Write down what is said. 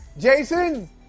Jason